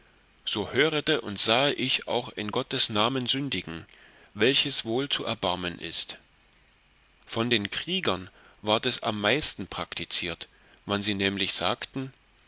so hörete und sahe ich auch in gottes namen sündigen welches wohl zu erbarmen ist von den kriegern ward es am meisten praktiziert wann sie nämlich sagten